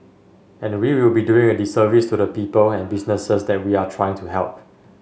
and we will be doing a disservice to the people and businesses that we are trying to help